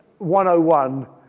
101